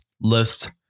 list